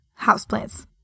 houseplants